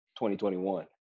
2021